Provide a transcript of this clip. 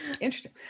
interesting